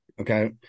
Okay